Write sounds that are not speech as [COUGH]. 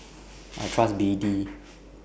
[NOISE] I Trust B D [NOISE]